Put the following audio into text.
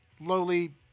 lowly